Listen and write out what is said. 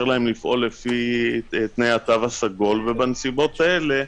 לה לפעול לפי תנאי התו הסגול ובנסיבות האלה,